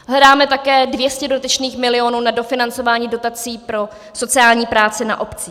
Hledáme také 200 dodatečných milionů na dofinancování dotací pro sociální práce na obcích.